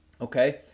okay